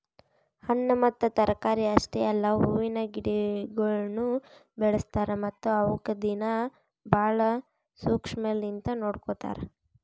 ಹಣ್ಣ ಮತ್ತ ತರಕಾರಿ ಅಷ್ಟೆ ಅಲ್ಲಾ ಹೂವಿನ ಗಿಡಗೊಳನು ಬೆಳಸ್ತಾರ್ ಮತ್ತ ಅವುಕ್ ದಿನ್ನಾ ಭಾಳ ಶುಕ್ಷ್ಮಲಿಂತ್ ನೋಡ್ಕೋತಾರ್